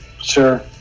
Sure